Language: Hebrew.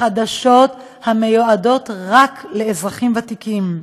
חדשות המיועדות רק לאזרחים ותיקים.